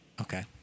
Okay